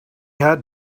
had